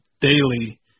daily